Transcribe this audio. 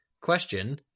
Question